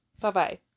Bye-bye